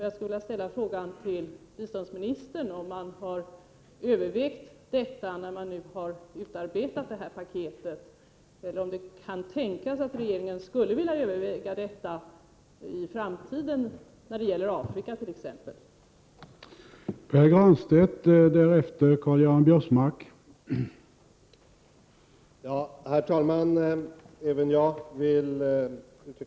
Jag vill fråga biståndsministern om man har övervägt detta när man har utarbetat det här paketet eller om det kan tänkas att regeringen skulle vilja överväga det i framtiden när det gäller t.ex. Afrika.